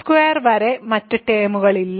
x2 വരെ മറ്റ് ടേമുകൾ ഇല്ല